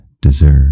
deserve